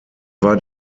war